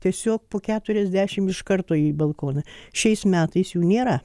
tiesiog po keturiasdešim iš karto į balkoną šiais metais jų nėra